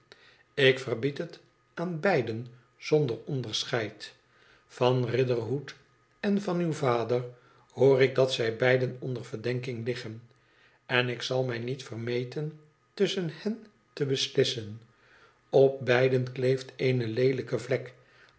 ik verbied het aan beiden zonder onderscheid van riderhood en van uw vader hoor ik dat zij beiden onder verdenking liggen en ik zal mij niet vermeten tusschen hen te beslissen op beiden kleeft eene leelijke vlek